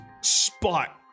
spot